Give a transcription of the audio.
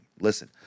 listen